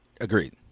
Agreed